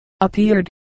appeared